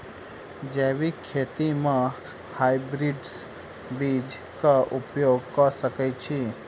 जैविक खेती म हायब्रिडस बीज कऽ उपयोग कऽ सकैय छी?